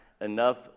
enough